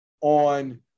on